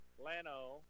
Lano